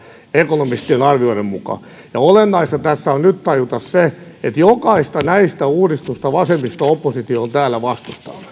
ekonomistien arvioiden mukaan olennaista tässä on nyt tajuta se että jokaista näistä uudistuksista vasemmisto oppositio on täällä vastustanut